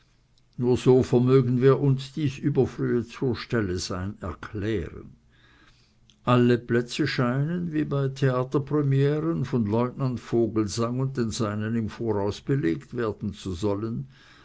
nur so vermögen wir uns dies überfrühe zurstellesein zu erklären alle plätze scheinen wie bei theaterpremieren von lieutenant vogelsang und den seinen im voraus belegt werden zu sollen